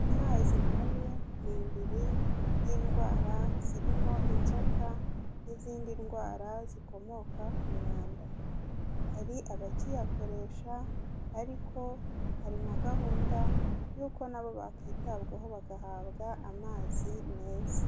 Amazi mabi ni indiri y'indwara zirimo inzoka, n'izindi ndwara zikomoka ku mwanda. Hari abakiyakoresha ariko hari na gahunda y'uko na bo bakwitabwaho bagahabwa amazi meza.